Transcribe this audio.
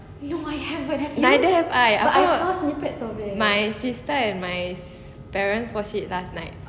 neither have I I thought my sister and my parents watch it last night